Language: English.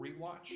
rewatch